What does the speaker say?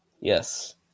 yes